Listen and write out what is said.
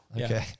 Okay